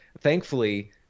Thankfully